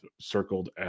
circled